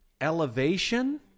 Elevation